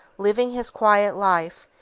living his quiet life,